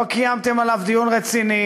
לא קיימתם עליו דיון רציני.